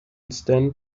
stand